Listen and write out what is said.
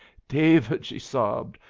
david! she sobbed,